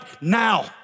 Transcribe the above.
now